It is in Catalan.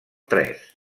tres